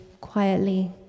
quietly